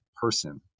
person